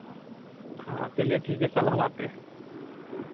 हाँ चलिए ठीक है कल हम आते हैं